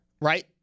right